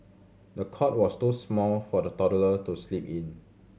the cot was too small for the toddler to sleep in